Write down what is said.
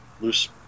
loose